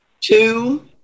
two